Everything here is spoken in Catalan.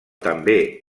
també